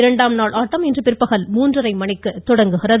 இரண்டாம் நாள் ஆட்டம் இன்று பிற்பகல் மூன்றரை மணிக்கு தொடங்குகிறது